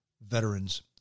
veterans